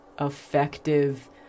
effective